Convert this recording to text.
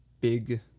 big